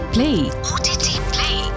Play